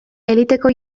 eliteko